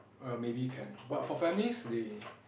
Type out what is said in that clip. oh ya maybe can but for families they